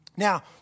Now